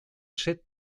set